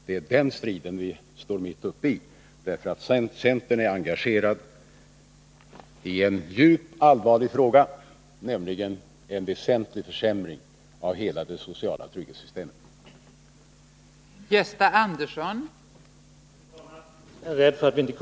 Det är den striden vinu 12 november 1980 står mitt uppe i därför att centern tillsammans med de andra borgerliga partierna är i färd med att allvarligt försämra hela det sociala trygghetssys Vissa ATP-frågor temet.